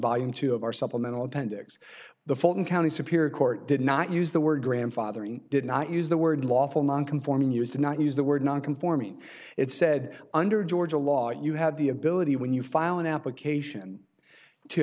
volume two of our supplemental appendix the fulton county superior court did not use the word grandfathering did not use the word lawful non conforming used to not use the word non conforming it said under georgia law you have the ability when you file an application to